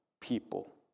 people